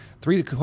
Three